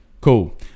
cool